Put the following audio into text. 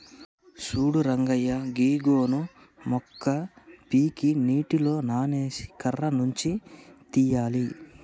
సూడు రంగయ్య గీ గోను మొక్క పీకి నీటిలో నానేసి కర్ర నుండి తీయాలి